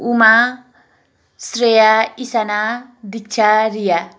Uma Shreya Ishana Diksha Riya